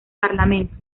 parlamento